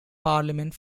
parliament